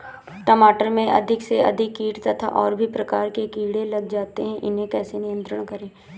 टमाटर में अधिक से अधिक कीट तथा और भी प्रकार के कीड़े लग जाते हैं इन्हें कैसे नियंत्रण करें?